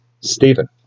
Stephen